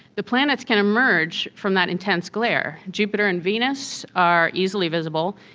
the planets can emerge from that intense glare. jupiter and venus are easily visible,